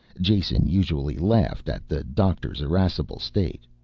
jason usually laughed at the doctor's irascible state,